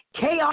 chaos